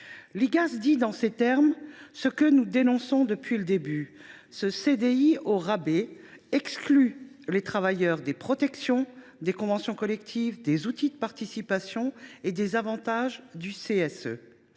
l’Igas pour décrire ce que nous dénonçons depuis le début, car ce CDI au rabais exclut les travailleurs des protections inscrites dans les conventions collectives, des outils de participation et des avantages du CSE.